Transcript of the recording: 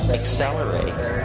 accelerate